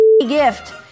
gift